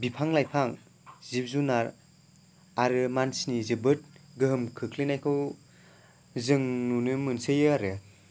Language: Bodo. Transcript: बिफां लायफां जिब जुनार आरो मानसिनि जोबोद गोहोम खोख्लैनायखौ जों नुनो मोनसोयो आरो